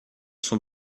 sont